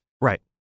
Right